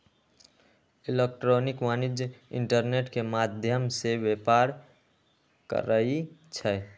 electronic वाणिज्य internet के माध्यम से व्यापार करइ छै